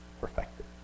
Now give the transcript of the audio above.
Perfected